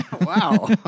Wow